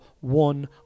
one